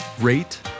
rate